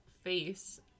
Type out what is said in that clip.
face